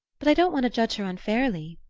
but i don't want to judge her unfairly.